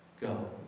go